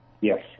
yes